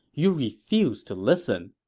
you refused to listen.